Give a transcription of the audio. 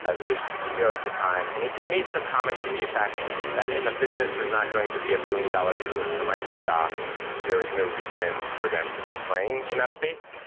ah who is the ceo at the time. and he he made some comment to the effect that if a business was not going to be a billion-dollar business for microsoft, there was no reason for them to be playing in that space.